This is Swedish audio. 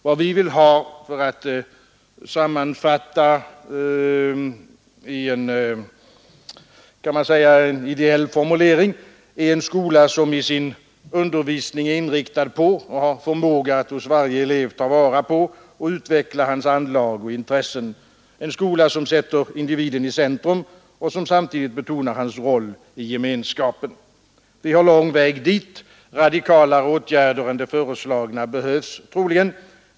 Vad vi vill ha är — för att sammanfatta det i en idémässig formulering — en skola som i sin undervisning är inriktad på och har förmåga att hos varje elev ta vara på och utveckla hans anlag och intressen, en skola som sätter individen i centrum och som samtidigt betonar hans roll i gemenskapen. Vi har lång väg dit. Radikalare åtgärder än de föreslagna behövs troligen.